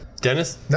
Dennis